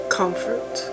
comfort